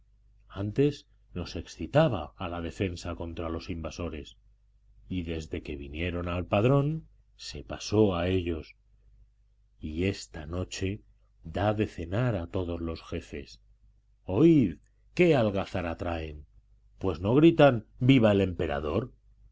antes nos excitaba a la defensa contra los invasores y desde que vinieron al padrón se pasó a ellos y esta noche da de cenar a todos los jefes oíd qué algazara traen pues no gritan viva el emperador